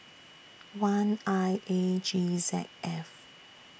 one I A G Z F